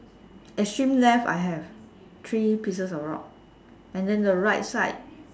extreme left I have three pieces of rock and then right side